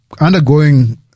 undergoing